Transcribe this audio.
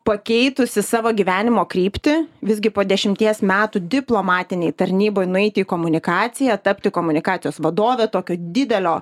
pakeitusi savo gyvenimo kryptį visgi po dešimties metų diplomatinėj tarnyboj nueiti į komunikaciją tapti komunikacijos vadove tokio didelio